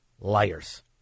liars